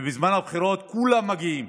בזמן הבחירות כולם מגיעים.